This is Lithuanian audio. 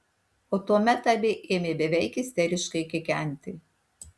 o tuomet abi ėmė beveik isteriškai kikenti